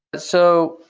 so,